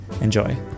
Enjoy